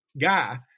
guy